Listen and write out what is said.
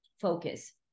focus